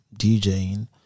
DJing